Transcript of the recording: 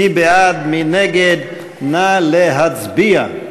מי בעד, מי נגד, נא להצביע.